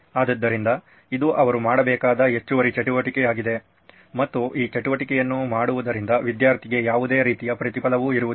ಆದ್ದರಿಂದ ಇದು ಅವರು ಮಾಡಬೇಕಾದ ಹೆಚ್ಚುವರಿ ಚಟುವಟಿಕೆಯಾಗಿದೆ ಮತ್ತು ಈ ಚಟುವಟಿಕೆಯನ್ನು ಮಾಡುವುದರಿಂದ ವಿದ್ಯಾರ್ಥಿಗೆ ಯಾವುದೇ ರೀತಿಯ ಪ್ರತಿಫಲವು ಇರುವುದಿಲ್ಲ